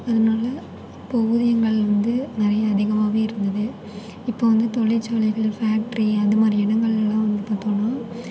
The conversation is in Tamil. அதனால் அப்போ ஊதியங்கள் வந்து நிறைய அதிகமாகவே இருந்தது இப்போ வந்து தொழிற்சாலைகள் ஃபேக்ட்ரி அது மாதிரி இடங்கள்லாம் பார்த்தோம்னா